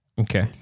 Okay